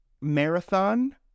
marathon